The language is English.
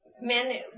men